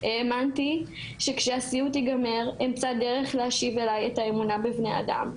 האמנתי שכשהסיוט ייגמר אמצא דרך להשיב אליי את האמונה בבני אדם,